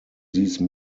these